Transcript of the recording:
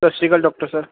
ਸਤਿ ਸ਼੍ਰੀ ਅਕਾਲ ਡੋਕਟਰ ਸਰ